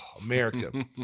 America